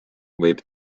võib